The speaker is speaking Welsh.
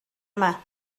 yma